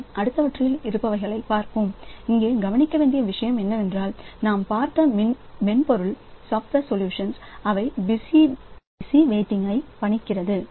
எனவே நாம் அடுத்தவற்றில் இருப்பவைகளை பார்ப்போம் இங்கே கவனிக்க வேண்டிய விஷயம் என்னவென்றால் நாம் பார்த்த மென்பொருள் தீர்வுகள் அவை பிஸியாக வெயிட்டிங்கை பணிக்கிறது